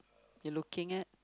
you looking at